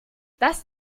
das